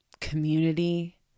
community